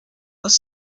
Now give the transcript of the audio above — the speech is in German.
aus